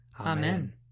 Amen